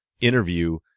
interview